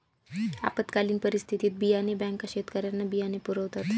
आपत्कालीन परिस्थितीत बियाणे बँका शेतकऱ्यांना बियाणे पुरवतात